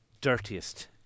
dirtiest